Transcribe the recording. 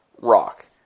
rock